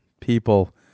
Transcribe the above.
people